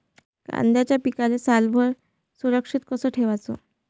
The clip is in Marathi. कांद्याच्या पिकाले चांगल्यानं सालभर सुरक्षित कस ठेवाचं?